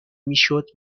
میشد